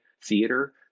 theater